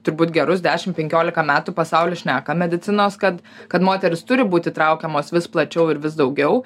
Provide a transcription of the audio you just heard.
turbūt gerus dešim penkiolika metų pasaulis šneka medicinos kad kad moterys turi būt traukiamos vis plačiau ir vis daugiau